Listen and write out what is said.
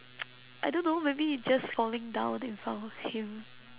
I don't know maybe just falling down in front of him